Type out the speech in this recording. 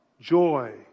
joy